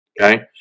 Okay